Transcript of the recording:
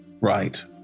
Right